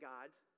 God's